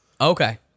Okay